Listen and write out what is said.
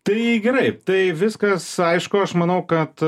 tai gerai tai viskas aišku aš manau kad